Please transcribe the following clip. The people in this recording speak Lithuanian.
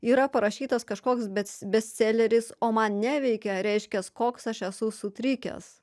yra parašytas kažkoks bets bestseleris o man neveikia reiškias koks aš esu sutrikęs